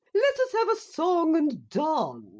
let us have a song and dance.